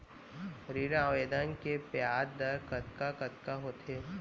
ऋण आवेदन के ब्याज दर कतका कतका होथे?